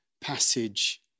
passage